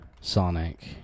Sonic